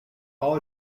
all